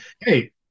Hey